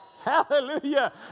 hallelujah